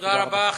תודה רבה.